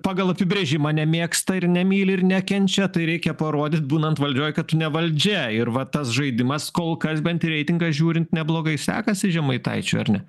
pagal apibrėžimą nemėgsta ir nemyli ir nekenčia tai reikia parodyt būnant valdžioj kad tu ne valdžia ir va tas žaidimas kol kas bent į reitingą žiūrint neblogai sekasi žemaitaičiui ar ne